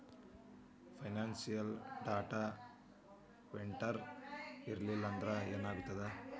Financial data vendor ಇರ್ಲ್ಲಿಲ್ಲಾಂದ್ರ ಏನಾಗ್ತದ?